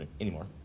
anymore